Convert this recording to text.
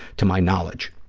to my knowledge,